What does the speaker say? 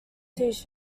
shirts